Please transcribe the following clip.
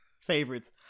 favorites